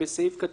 (ח)